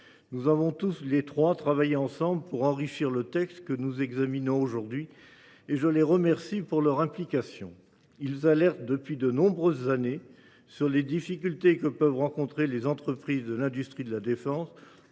Tous les trois, nous avons travaillé ensemble pour enrichir le texte que nous examinons aujourd’hui. Je les remercie de leur implication. Ils alertent depuis de nombreuses années sur les difficultés que peuvent rencontrer les entreprises de l’industrie de défense,